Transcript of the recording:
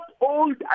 old